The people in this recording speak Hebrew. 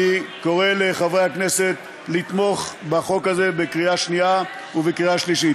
אני קורא לחברי הכנסת לתמוך בחוק הזה בקריאה שנייה ובקריאה שלישית.